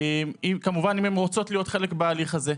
אם הם רוצות להיות חלק בהליך כמובן.